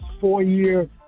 four-year